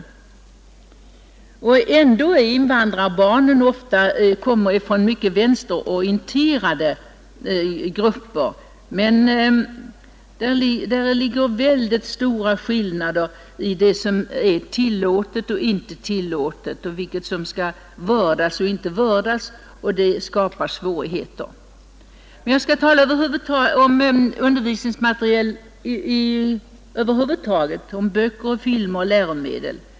Trots att invandrarbarnen ofta kommer från mycket vänsterorienterade grupper finns det mycket stora skillnader när det gäller vad som är tillåtet och inte tillåtet, vad som skall vördas och inte vördas — och det skapar svårigheter. Jag skall också ta upp frågan om undervisningsmaterial över huvud taget, om böcker, film och andra läromedel.